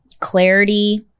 clarity